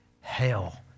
hell